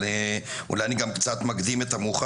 אבל אולי אני גם קצת מקדים את המאוחר,